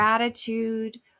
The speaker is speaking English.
Gratitude